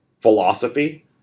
Philosophy